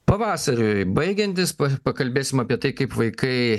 pavasariui baigiantis pakalbėsim apie tai kaip vaikai